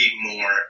more